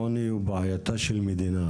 העוני הוא בעייתה של מדינה,